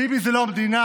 ביבי זה לא המדינה.